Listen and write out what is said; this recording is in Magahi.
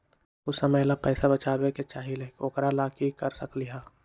हम कुछ समय ला पैसा बचाबे के चाहईले ओकरा ला की कर सकली ह?